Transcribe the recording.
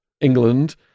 england